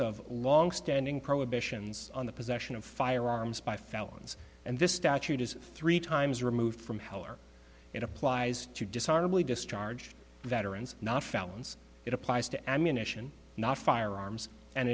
of longstanding prohibitions on the possession of firearms by felons and this statute is three times removed from heller it applies to dishonorably discharged veterans not felons it applies to ammunition not firearms and